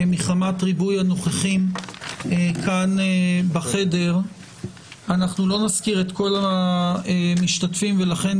מחמת ריבוי הנוכחים כאן בחדר אנחנו לא נזכיר את כל המשתתפים ולכן,